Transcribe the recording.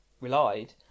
relied